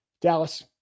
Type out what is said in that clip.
Dallas